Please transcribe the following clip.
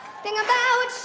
think about